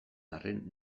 arren